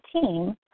team